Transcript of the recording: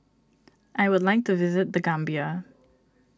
I would like to visit the Gambia